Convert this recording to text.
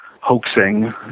hoaxing